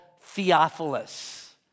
Theophilus